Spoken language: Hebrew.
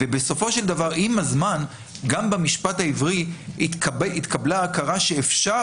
בסופו של דבר עם הזמן גם במשפט העברי התקבלה ההכרה שאפשר